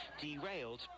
derailed